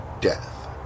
death